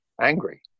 angry